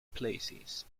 places